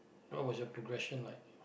what was your progression like